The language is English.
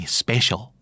special